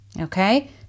okay